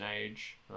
age